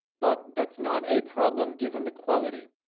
but that's not a problem, given the quality.